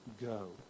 go